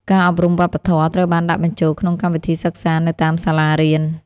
ការអប់រំវប្បធម៌ត្រូវបានដាក់បញ្ចូលក្នុងកម្មវិធីសិក្សានៅតាមសាលារៀន។